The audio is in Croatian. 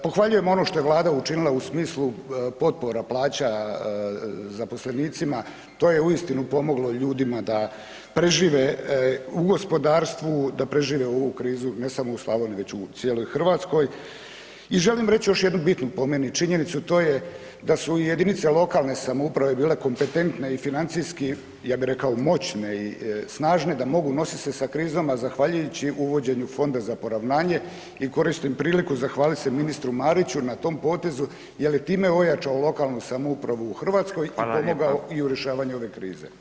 Pohvaljujem ono što je Vlada učinila u smislu potpora plaća zaposlenicima, to je uistinu pomoglo ljudima da prežive u gospodarstvu, da prežive ovu krizu, ne samo u Slavoniji, već u cijeloj Hrvatskoj i želim reći, još jednu bitnu, po meni činjenicu, to je da su jedinice lokalne samouprave bile kompetentne i financijski, ja bih rekao moćne i snažne da mogu nositi se sa krizom, a zahvaljujući uvođenju fonda za poravnanje i koristim priliku zahvaliti se ministru Mariću na tom potezu jer je time ojačao lokalnu samoupravu u Hrvatskoj i [[Upadica: Hvala lijepa.]] pomogao i u rješavanju ove krize.